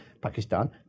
Pakistan